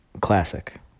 classic